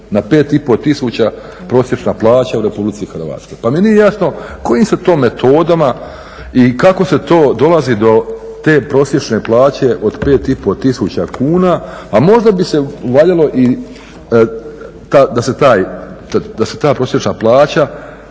na 5,5 tisuća prosječna plaća u Republici Hrvatskoj. Pa mi nije jasno kojim se to metodama i kako se to dolazi do te prosječne plaće od 5,5 tisuća kuna a možda bi se valjalo da se ta prosječna plaća